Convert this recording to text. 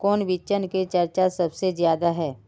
कौन बिचन के चर्चा सबसे ज्यादा है?